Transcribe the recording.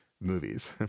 movies